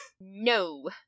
No